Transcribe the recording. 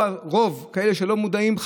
כאלה שלא מודעים,